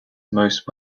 most